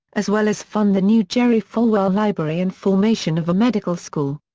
as well as fund the new jerry falwell library and formation of a medical school.